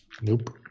Nope